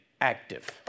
active